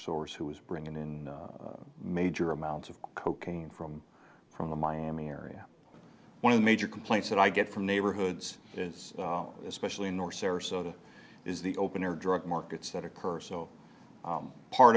source who was bringing in major amounts of cocaine from from the miami area one of the major complaints that i get from neighborhoods is especially nor sarasota is the open air drug markets that occur so part